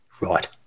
right